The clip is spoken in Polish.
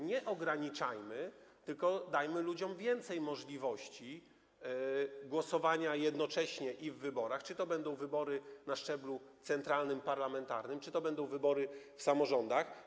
Nie ograniczajmy, tylko dajmy ludziom więcej możliwości głosowania jednocześnie w wyborach, czy to będą wybory na szczeblu centralnym, parlamentarnym, czy to będą wybory w samorządach.